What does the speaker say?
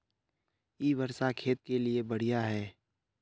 इ वर्षा खेत के लिए बढ़िया है?